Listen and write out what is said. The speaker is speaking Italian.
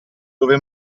dove